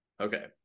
Okay